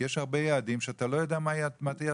יש הרבה יעדים שאתה לא יודע מה התוצאות.